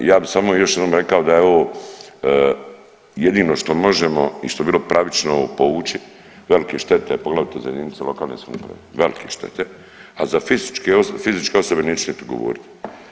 Ja bih samo jednom rekao da je ovo jedino što možemo i što bi bilo pravično, povući velike štete, poglavito za jedinice lokalne samouprave, velike štete, a za fizičke osobe neću niti govoriti.